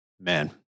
man